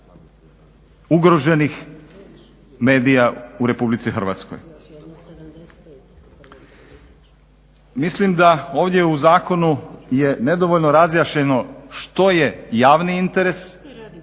ugroženih medija u RH. Mislim da ovdje u zakonu je nedovoljno razjašnjeno što je javni interes